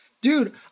Dude